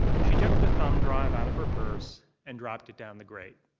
she took the thumb drive out of her purse and dropped it down the grate.